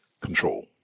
control